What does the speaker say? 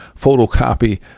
photocopy